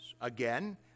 Again